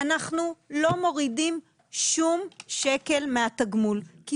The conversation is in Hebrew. אנחנו לא מורידים שום שקל מהתגמול כי